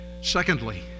Secondly